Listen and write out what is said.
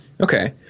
Okay